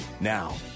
Now